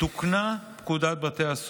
ובין היתר נפתחו אגפים חדשים בבתי הכלא עופר